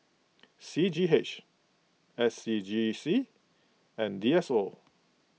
C G H S C G C and D S O